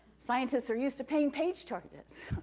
scientists are used to paying page charts.